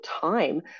time